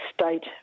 state